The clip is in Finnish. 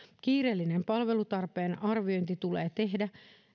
kiireellisen palvelutarpeen arviointi tulee tehdä